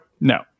no